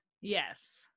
Yes